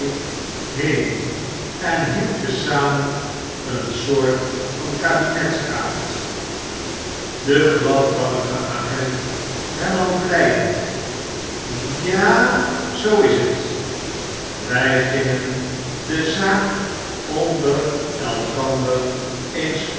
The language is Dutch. heen en hield te zamen een soort van kabinetsraad de gladwangige agent hernam vleiend ja a zoo is het wij gingen de zaakonder elkander